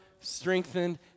strengthened